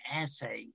essay